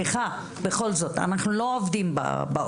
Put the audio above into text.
סליחה, בכל זאת, אנחנו לא עובדים באוצר.